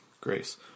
Grace